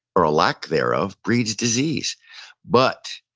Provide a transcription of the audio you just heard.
or a lack thereof, breeds disease but